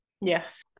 Yes